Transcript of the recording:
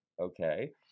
okay